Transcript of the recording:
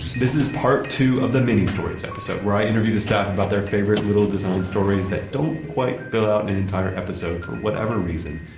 this is part two of the mini-stories episode, where i interview the staff about their favorite little design stories that don't quite fill out an entire episode for whatever reason,